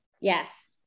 Yes